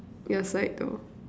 your side or